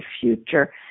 future